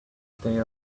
stay